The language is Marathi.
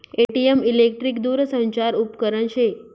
ए.टी.एम इलेकट्रिक दूरसंचार उपकरन शे